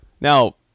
Now